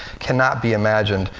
cannot be imagined.